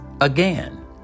Again